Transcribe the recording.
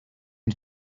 you